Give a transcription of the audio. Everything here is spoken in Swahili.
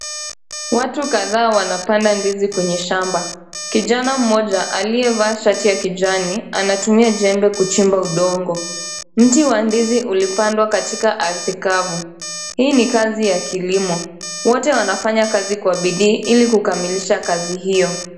Watu kadhaa wanapanda ndizi kwenye shamba. Kijana mmoja, aliyevaa shati ya kijani anatumia jembe kuchimba udongo. Mti wa ndizi ulipandwa katika ardhi kavu. Hii ni kazi ya kilimo, wote wanafanya kazi kwa bidii ili kukamilisha kazi hio.